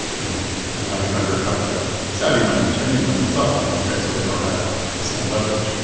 you know, are now being undercut by, like, saudi money and chinese money and softbank money right? so they don't have the same leverage.